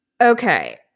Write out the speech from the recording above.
okay